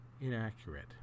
inaccurate